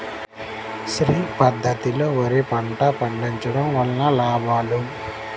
శ్రీ పద్ధతిలో వరి పంట పండించడం వలన లాభాలు?